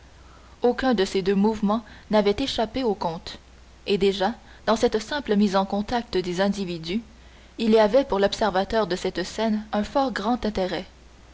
aucun de ces deux mouvements n'avait échappé au comte et déjà dans cette simple mise en contact des individus il y avait pour l'observateur de cette scène un fort grand intérêt